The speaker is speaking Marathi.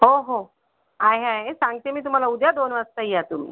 हो हो आहे आहे सांगते मी तुम्हाला उद्या दोन वाजता या तुम्ही